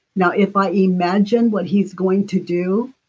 now, if i imagine what he's going to do,